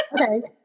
Okay